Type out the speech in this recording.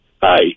hi